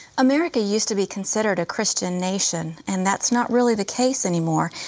america used to be considered a christian nation, and that's not really the case anymore.